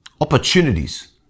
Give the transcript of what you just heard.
opportunities